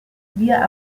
wir